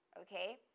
okay